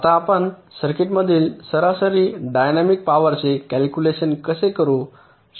आता आपण सर्किटमधील सरासरी डायनॅमिक पॉवरचे कॅल्क्युलेशन कसे करू शकतो ते पाहू